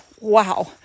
wow